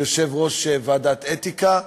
יושב-ראש ועדת אתיקה.